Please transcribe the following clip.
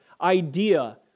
idea